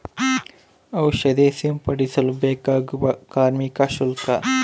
ಔಷಧಿ ಸಿಂಪಡಿಸಲು ಬೇಕಾಗುವ ಕಾರ್ಮಿಕ ಶುಲ್ಕ?